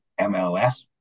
MLS